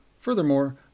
Furthermore